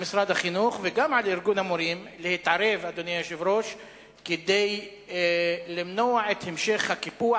גם על משרד החינוך וגם על ארגון המורים להתערב כדי למנוע את המשך הקיפוח